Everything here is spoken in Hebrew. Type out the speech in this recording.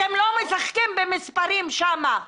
אתם לא משחקים במספרים שם.